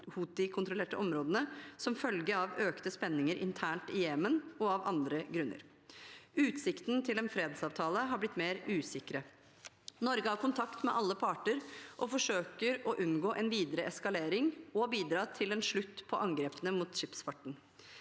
houthikontrollerte områdene som følge av økte spenninger internt i Jemen og av andre grunner. Utsiktene til en fredsavtale har blitt mer usikre. Norge har kontakt med alle parter og forsøker å unngå en videre eskalering og bidra til en slutt på angrepene mot skipsfarten.